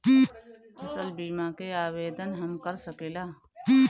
फसल बीमा के आवेदन हम कर सकिला?